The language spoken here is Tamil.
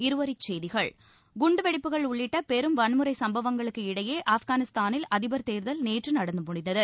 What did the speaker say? இருவரிச்செய்திகள் குண்டுவெடிப்புகள் உள்ளிட்ட பெரும் வன்முறைச் சும்பவங்களுக்கு இடையே ஆப்காளிஸ்தானில் அதிபர் தேர்தல் நேற்று நடந்து முடிந்தது